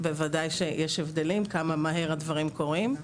כן, בוודאי שיש הבדלים, כמה מהר הדברים קורים.